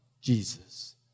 Jesus